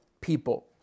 people